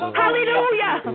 hallelujah